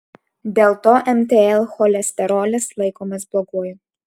dėl to mtl cholesterolis laikomas bloguoju